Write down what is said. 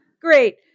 Great